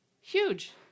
huge